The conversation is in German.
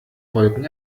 wolken